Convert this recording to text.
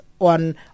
on